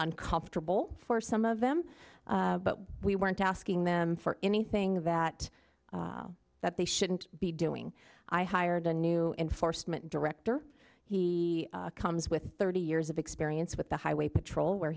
uncomfortable for some of them but we weren't asking them for anything that that they shouldn't be doing i hired a new enforcement director he comes with thirty years of experience with the highway patrol where